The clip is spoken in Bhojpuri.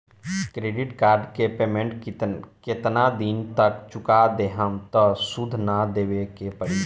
क्रेडिट कार्ड के पेमेंट केतना दिन तक चुका देहम त सूद ना देवे के पड़ी?